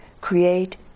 create